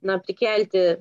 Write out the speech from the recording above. na prikelti